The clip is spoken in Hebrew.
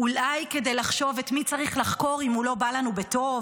אולי כדי לחשוב את מי צריך לחקור אם הוא לא בא לנו בטוב?